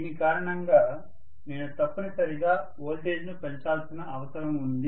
దీని కారణంగా నేను తప్పనిసరిగా వోల్టేజ్ను పెంచాల్సిన అవసరం ఉంది